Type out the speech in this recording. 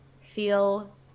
feel